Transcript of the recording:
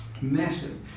Massive